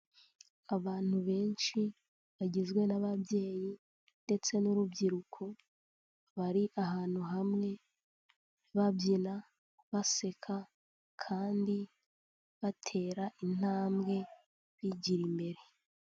Abantu benshi bagizwe n'ababyeyi ndetse n'urubyiruko bari ahantu hamwe babyina, baseka kandi batera intambwe bigira imbere.